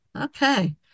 Okay